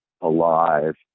alive